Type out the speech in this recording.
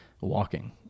walking